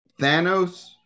Thanos